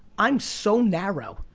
i'm so narrow,